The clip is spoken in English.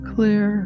Clear